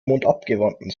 mondabgewandten